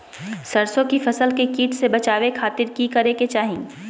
सरसों की फसल के कीट से बचावे खातिर की करे के चाही?